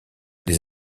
les